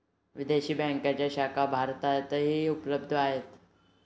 विदेशी बँकांच्या शाखा भारतातही उपलब्ध आहेत